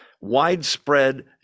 widespread